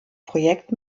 projekt